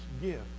gift